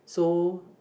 so